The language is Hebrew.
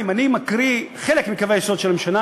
אם אני מקריא חלק מקווי היסוד של הממשלה,